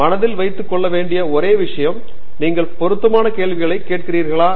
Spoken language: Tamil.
மனதில் வைத்துக் கொள்ள வேண்டிய ஒரே விஷயம் நீங்கள் பொருத்தமான கேள்விகளை கேட்கிறீர்கள் என்பது